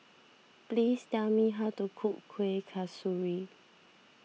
please tell me how to cook Kueh Kasturi